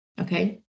Okay